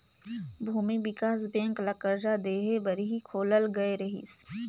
भूमि बिकास बेंक ल करजा देहे बर ही खोलल गये रहीस